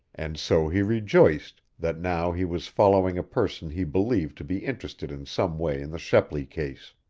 and so he rejoiced, that now he was following a person he believed to be interested in some way in the shepley case.